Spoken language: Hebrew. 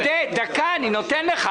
עודד, רגע, אני נותן לך.